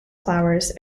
flowers